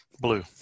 Blue